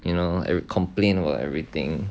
you know would complain about everything